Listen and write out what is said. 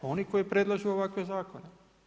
Oni koji predlažu ovakve zakone.